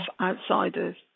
outsiders